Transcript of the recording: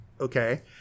Okay